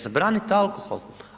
Zabranite alkohol.